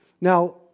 Now